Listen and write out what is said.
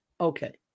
Okay